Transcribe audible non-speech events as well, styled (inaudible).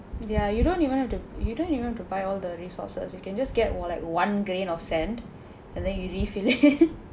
ya you don't even have to you don't even have to buy all the resources you can just get like one grain of sand and then you refill it (laughs)